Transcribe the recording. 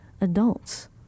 adults